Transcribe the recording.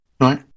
Right